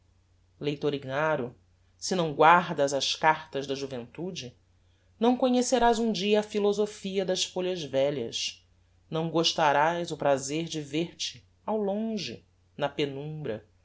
leitor ignaro se não guardas as cartas da juventude não conhecerás um dia a philosophia das folhas velhas não gostarás o prazer de ver-te ao longe na penumbra